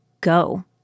go